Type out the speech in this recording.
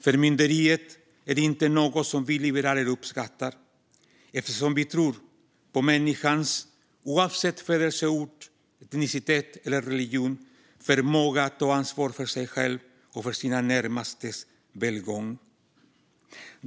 Förmynderiet är inte något som vi liberaler uppskattar eftersom vi tror på människans förmåga att ta ansvar för sig själv och för sina närmastes välgång oavsett födelseort, etnicitet eller religion.